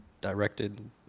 directed